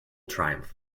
triumph